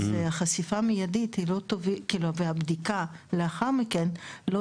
אז חשיפה מיידית ובדיקה מיד לאחר מכן לא